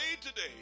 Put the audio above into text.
today